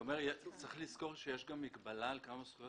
צריך לזכור שיש גם מגבלה על כמות הזכויות,